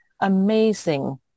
amazing